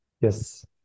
yes